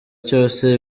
cyose